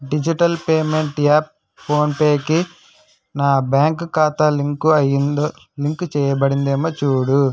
digital payment app ఫోన్పేకి నా bank ఖాతా లింకు అయ్యిందో లింక్ చేయబడిందేమో చూడుము